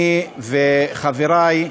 אני וחברי,